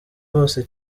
bose